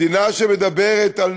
מדינה שמדברת על